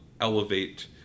elevate